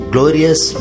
Glorious